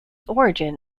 origin